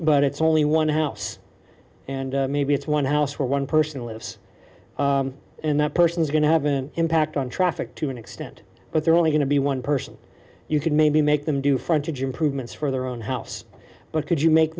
but it's only one house and maybe it's one house where one person lives and that person is going to have an impact on traffic to an extent but they're only going to be one person you could maybe make them do frontage improvements for their own house but could you make